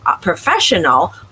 professional